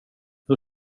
hur